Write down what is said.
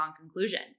conclusion